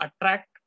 attract